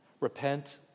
Repent